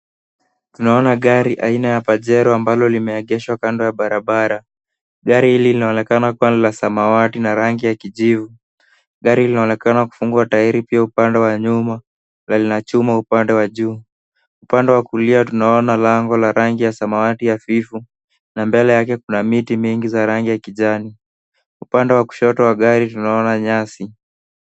Tunaona gari aina ya Pajero ambalo limeegeshwa kando ya barabara. Gari hili linaonekana kuwa ni la samawati na rangi ya kijivu. Gari linaonekana kufungwa tairi pia upande wa nyuma na lina chuma upande wa juu. Upande wa kulia tunaona lango la rangi ya samawati hafifu na mbele yake kuna miti mingi za rangi ya kijani. Upande wa kushoto wa gari tunaona nyasi.